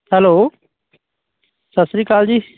hello ਸਤਿ ਸ਼੍ਰੀ ਅਕਾਲ ਜੀ